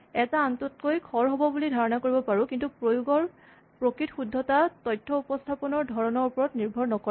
এটা আনটোতকৈ খৰ হ'ব বুলি ধাৰণা কৰিব পাৰোঁ কিন্তু প্ৰয়োগৰ প্ৰকৃত শুদ্ধতা তথ্য উপস্হাপনৰ ধৰণৰ ওপৰত নিৰ্ভৰ নকৰে